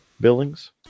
Billings